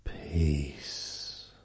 peace